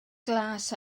glas